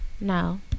No